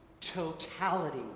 totality